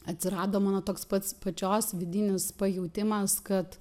atsirado mano toks pats pačios vidinis pajautimas kad